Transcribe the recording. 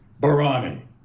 Barani